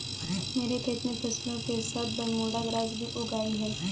मेरे खेत में फसलों के साथ बरमूडा ग्रास भी उग आई हैं